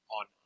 on